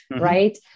right